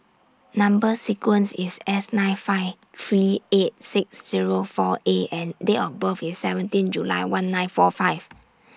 Number sequence IS S nine five three eight six Zero four A and Date of birth IS seventeen July one nine four five